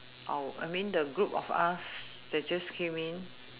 oh I mean the group of us that just came in